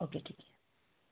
okay ठीक आहे